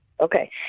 Okay